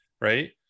right